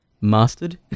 mastered